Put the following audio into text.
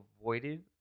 avoided